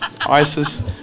ISIS